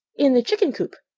in the chicken coop.